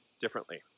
differently